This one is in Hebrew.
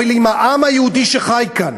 אבל בעם היהודי שחי כאן,